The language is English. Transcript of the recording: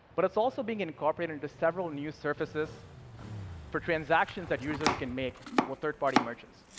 but it's also being incorporated into several new services for transactions that users can make with third party merchants.